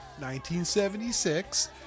1976